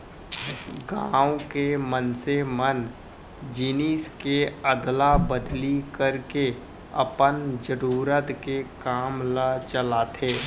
गाँव के मनसे मन जिनिस के अदला बदली करके अपन जरुरत के काम ल चलाथे